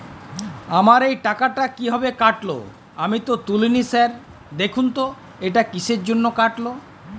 আমার এই টাকাটা কীভাবে কাটল আমি তো তুলিনি স্যার দেখুন তো এটা কিসের জন্য কাটল?